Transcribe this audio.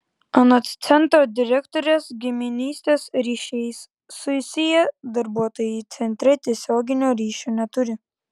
anot centro direktorės giminystės ryšiais susiję darbuotojai centre tiesioginio ryšio neturi